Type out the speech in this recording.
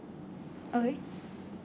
okay